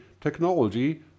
technology